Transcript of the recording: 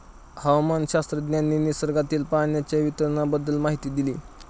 हवामानशास्त्रज्ञांनी निसर्गातील पाण्याच्या वितरणाबाबत माहिती दिली